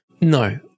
no